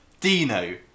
Dino